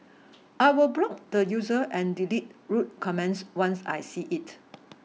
I will block the user and delete rude comments once I see it